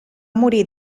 morir